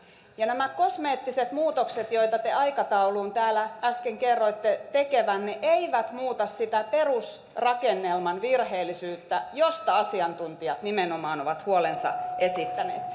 ja nämä kosmeettiset muutokset joita te aikatauluun täällä äsken kerroitte tekevänne eivät muuta sitä perusrakennelman virheellisyyttä josta asiantuntijat nimenomaan ovat huolensa esittäneet